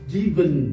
given